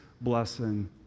blessing